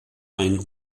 ein